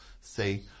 say